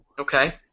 Okay